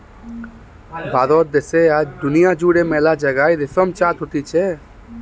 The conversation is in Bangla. ভারত দ্যাশে আর দুনিয়া জুড়ে মেলা জাগায় রেশম চাষ হতিছে